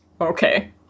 Okay